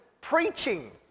preaching